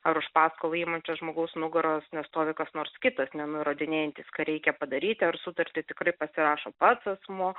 ar už paskolą imančio žmogaus nugaros nestovi kas nors kitas nenurodinėjantis ką reikia padaryti ar sutartį tikrai pasirašo pats asmuo